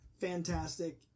fantastic